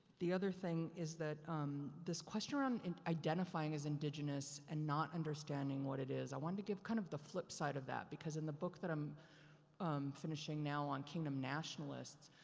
the other thing is that this question around and identifying as indigenous and not understanding what it is. i wanted to give kind of the flip side of that because in the book that i'm finishing now on kingdom nationalists.